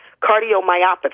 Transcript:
cardiomyopathy